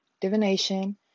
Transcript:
divination